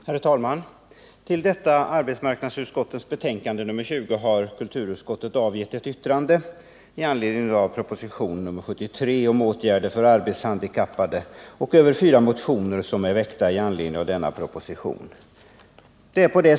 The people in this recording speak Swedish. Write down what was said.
Herr talman! Till detta betänkande har kulturutskottet avgivit ett yttrande i anledning av propositionen 73 om åtgärder för arbetshandikappade och fyra motioner som är väckta i anledning av den propositionen.